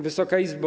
Wysoka Izbo!